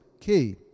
Key